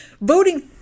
voting